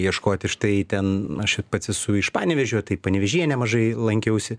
ieškoti štai ten aš ir pats esu iš panevėžio tai panevėžyje nemažai lankiausi